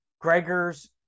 Gregor's